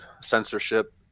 censorship